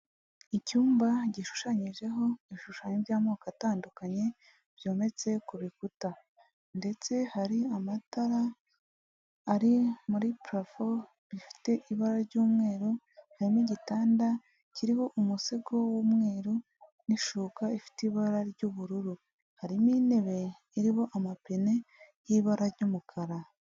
Icyumba gishushanyijeho ibishushanyo by'amoko atandukanye byometse ku bikuta, ndetse hari amatara ari muri purafo bifite ibara ry'umweru harimo igitanda kiriho umusego w'umweru, n'ishuka ifite ibara ry'ubururu harimo intebe irimo amapine y'ibara ry'umukara.